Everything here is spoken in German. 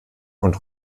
und